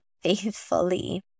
faithfully